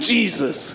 Jesus